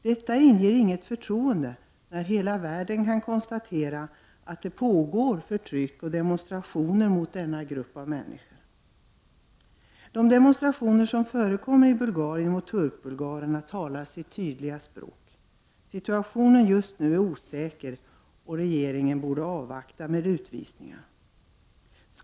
Detta inger inte något förtroende när hela världen kan konstatera att det pågår förtryck och demonstrationer mot denna grupp av människor. De demonstrationer som förekommer i Bulgarien mot turkbulgarerna talar sitt tydliga språk. Situationen just nu är osäker, och regeringen borde avvakta med utvisningarna.